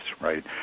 right